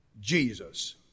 Jesus